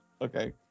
Okay